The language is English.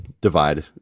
divide